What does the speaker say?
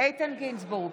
איתן גינזבורג,